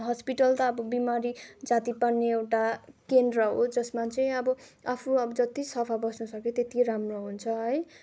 hospital त अब बिमारी जाती पार्ने अब केन्द्र हो अब जसमा चाहिँ अब आफू अब जति सफा बस्नु सक्यो त्यति राम्रो हुन्छ है